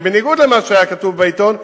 ובניגוד למה שהיה כתוב בעיתון,